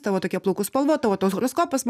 tavo tokia plaukų spalva tavo toks horoskopas